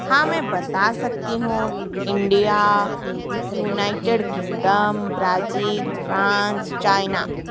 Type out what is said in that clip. हाँ मैं बता सकती हूँ India United Kingdom Brazil France China